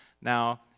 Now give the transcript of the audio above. Now